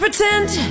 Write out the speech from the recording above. pretend